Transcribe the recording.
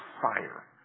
fire